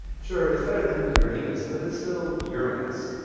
sure, it's better then your-anus, but it's still urine-us.